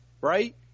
right